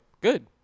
Good